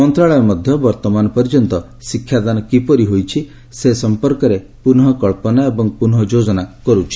ମନ୍ତ୍ରଣାଳୟ ମଧ୍ୟ ବର୍ତ୍ତମାନ ପର୍ଯ୍ୟନ୍ତ ଶିକ୍ଷାଦାନ କିପରି ହୋଇଛି ସେ ସମ୍ପର୍କରେ ପୁନଃ କଳ୍ପନା ଏବଂ ପୁନଃ ଯୋଜନା କର୍ରଛି